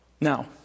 Now